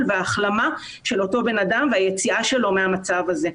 וההחלמה של אותו אדם והיציאה שלו מהמצב הזה.